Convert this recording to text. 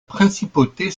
principauté